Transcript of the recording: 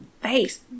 face